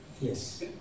Yes